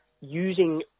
using